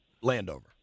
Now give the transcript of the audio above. Landover